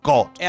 God